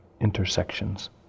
intersections